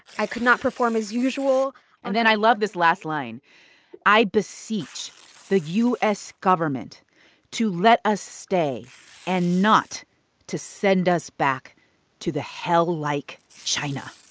i could not perform as usual and then i love this last line i beseech the u s. government to let us stay and not to send us back to the hell-like china